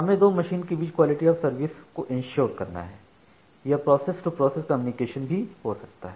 हमें दो मशीन के बीच क्वालिटी ऑफ़ सर्विस को इंश्योर करना है यह प्रोसेस टू प्रोसेस कम्युनिकेशन भी हो सकता है